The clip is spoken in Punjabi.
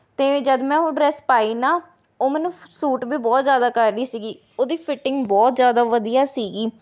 ਅਤੇ ਜਦ ਮੈਂ ਉਹ ਡਰੈਸ ਪਾਈ ਨਾ ਉਹ ਮੈਨੂੰ ਸੂਟ ਵੀ ਬਹੁਤ ਜ਼ਿਆਦਾ ਕਰ ਰਹੀ ਸੀਗੀ ਉਹਦੀ ਫੀਟਿੰਗ ਬਹੁਤ ਜ਼ਿਆਦਾ ਵਧੀਆ ਸੀਗੀ